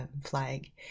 flag